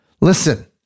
listen